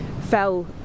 fell